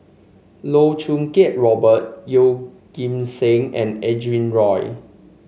Loh Choo Kiat Robert Yeoh Ghim Seng and Adrin Loi